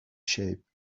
shape